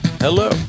Hello